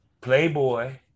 Playboy